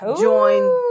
join